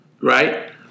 right